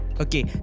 Okay